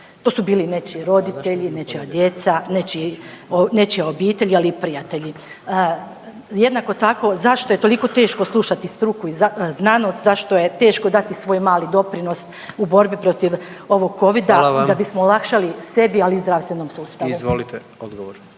To su bili nečiji roditelji, nečija djeca, nečija obitelj ali i prijatelji. Jednako tako zašto je toliko teško slušati struku i znanost, zašto je teško dati svoj mali doprinos u borbi protiv ovog Covida …/Upadica: Hvala vam./… da bismo olakšali sebi ali i zdravstvenom sustavu. **Jandroković,